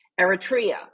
Eritrea